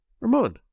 Ramon